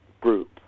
group